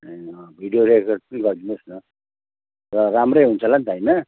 ए अँ video record पनि गरिदिनुहोस् न र राम्रै हुन्छ होला नि त होइन